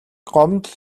гомдол